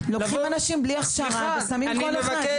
שלוקחים אנשים בלי הכשרה, ושמים כל אחד.